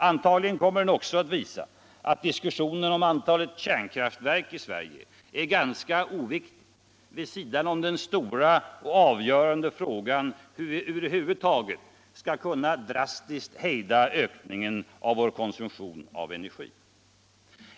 Antagligen kommer den också att visa att diskussionen om antalet kärnkraftverk i Sverige är ganska oviktig vid sidan om den stora och avgörande frågan hur vi över huvud taget skall kunna hejda ökningen av vår konsumtion av energi.